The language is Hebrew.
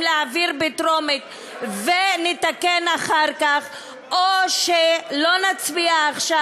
אם להעביר בטרומית ולתקן אחר כך ואם שלא נצביע עכשיו.